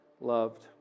loved